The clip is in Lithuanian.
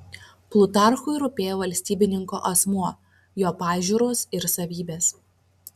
plutarchui rūpėjo valstybininko asmuo jo pažiūros ir savybės